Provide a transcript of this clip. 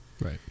Right